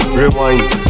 rewind